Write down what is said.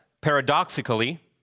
Paradoxically